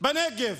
בנגב